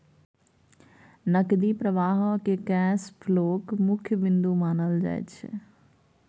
नकदी प्रवाहकेँ कैश फ्लोक मुख्य बिन्दु मानल जाइत छै